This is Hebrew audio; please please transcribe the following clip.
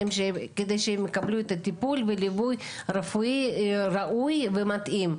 שיקבלו טיפול וליווי רפואי ראוי ומתאים.